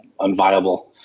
unviable